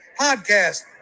podcast